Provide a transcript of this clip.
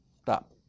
stop